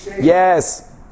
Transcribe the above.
Yes